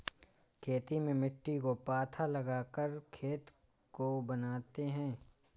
खेती में मिट्टी को पाथा लगाकर खेत को बनाते हैं?